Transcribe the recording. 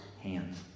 hands